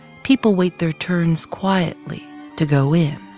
people wait their turns quietly to go in.